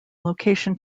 location